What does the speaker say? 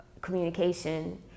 communication